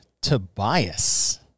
Tobias